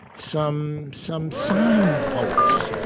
some some signposts,